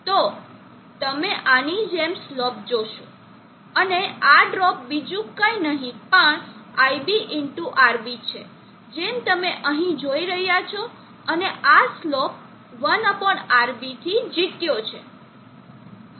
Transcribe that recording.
તો તમે આની જેમ સ્લોપ જોશો અને આ ડ્રોપ બીજું કઈ નહીં પણ iB ˟ RB છે જેમ તમે અહીં જોઈ રહ્યાં છો અને આ સ્લોપ 1 RB થી જીત્યો છે